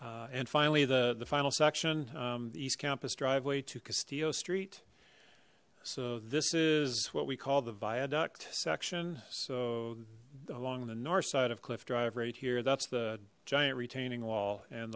uh and finally the the final section um the east campus driveway to castillo street so this is what we call the viaduct section so along the north side of cliff drive right here that's the giant retaining wall and